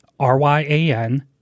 ryan